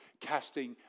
casting